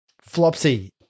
Flopsy